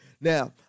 Now